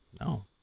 no